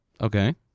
Okay